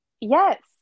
Yes